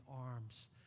arms